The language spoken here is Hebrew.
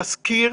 תזכיר